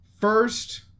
first